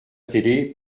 télé